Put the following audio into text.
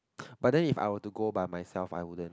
but then if I'll to go by myself I wouldn't